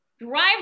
drive